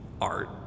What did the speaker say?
art